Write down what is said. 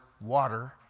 water